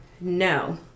No